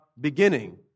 beginning